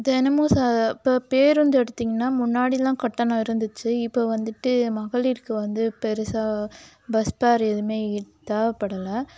தினமும் இப்போ பேருந்து எடுத்திங்கன்னா முன்னாடியெலாம் கட்டணம் இருந்துச்சு இப்போ வந்துட்டு மகளிருக்கு வந்து பெருசாக பஸ் பேர் எதுவுமே தேவைப்படல